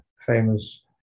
famous